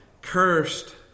cursed